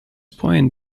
point